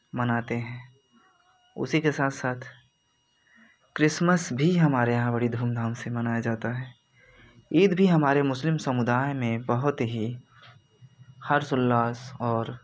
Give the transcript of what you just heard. मनाते हैं उसी के साथ साथ क्रिसमस भी हमारे यहाँ बड़ी धूमधाम से मनाया जाता है ईद भी हमारे मुस्लिम समुदाय में बहुत ही हर्ष उल्लास और